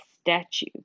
statue